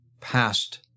past